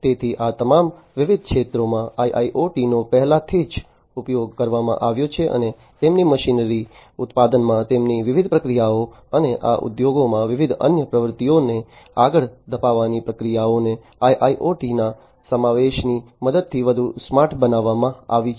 તેથી આ તમામ વિવિધ ક્ષેત્રોમાં IIoT નો પહેલેથી જ ઉપયોગ કરવામાં આવ્યો છે અને તેમની મશીનરી ઉત્પાદનમાં તેમની વિવિધ પ્રક્રિયાઓ અને આ ઉદ્યોગોમાં વિવિધ અન્ય પ્રવૃત્તિઓને આગળ ધપાવવાની પ્રક્રિયાઓને IIoTના સમાવેશની મદદથી વધુ સ્માર્ટ બનાવવામાં આવી છે